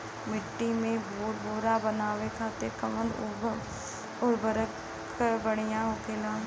मिट्टी के भूरभूरा बनावे खातिर कवन उर्वरक भड़िया होखेला?